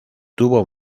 tuvo